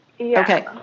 Okay